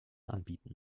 anbieten